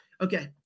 Okay